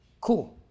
Cool